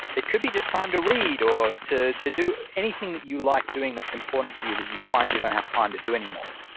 it could be just time to read or to to do anything that you like doing that's important to you, that you find you don't have time to do anymore.